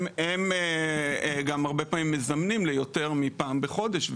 הם גם הרבה פעמים מזמנים ליותר מפעם בחודש,